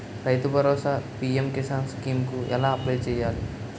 రైతు Bharosa PM Kisan scheme కు ఎలా అప్లయ్ చేయాలి?